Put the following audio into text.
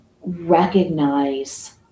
recognize